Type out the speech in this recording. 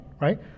right